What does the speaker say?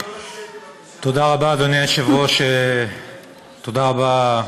תודה רבה, אדוני היושב-ראש, תודה רבה.